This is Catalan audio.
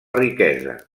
riquesa